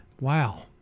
Wow